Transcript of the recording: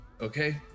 okay